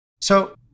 So-